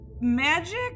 magic